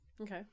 Okay